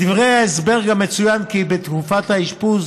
בדברי ההסבר גם מצוין כי תקופת האשפוז